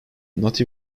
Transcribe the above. not